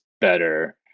better